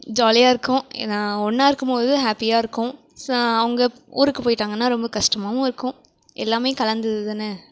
ஜாலியாயிருக்கும் நான் ஒன்றா இருக்கும் போது ஹாப்பியாயிருக்கும் ஸோ அவங்க ஊருக்கு போய்ட்டாங்கன்னா ரொம்ப கஷ்டமாகவும் இருக்கும் எல்லாம் கலந்ததுதானே